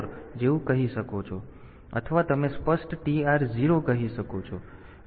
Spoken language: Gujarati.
4 જેવું કહી શકો છો અથવા તમે સ્પષ્ટ TR0 કહી શકો છો